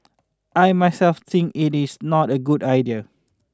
I myself think it's not a good idea